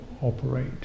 operate